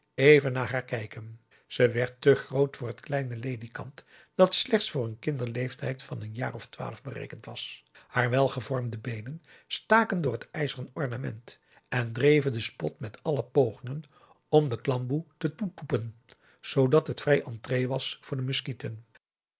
even naar haar kijken ze werd te groot voor het kleine ledikant dat slechts voor n kinderleeftijd van een jaar of twaalf berekend was haar welgevormde beenen staken door het ijzeren ornament en dreven den spot met alle pogingen om p a daum de van der lindens c s onder ps maurits de klamboe te t o e t o e p e n zoodat het vrij entrée was voor de muskieten